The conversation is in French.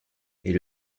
est